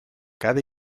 cada